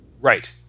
Right